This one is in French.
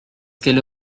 qu’elle